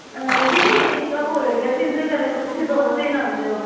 ਜੀ ਮੈਂ ਯਸ਼ਿਕਾ ਬੋਲ ਰਹੀ ਹਾਂ ਜਿਹਨਾਂ ਦੇ ਘਰ ਤੁਸੀਂ ਦੁਧ ਦੇਣ ਆਉਂਦੇ ਹੋ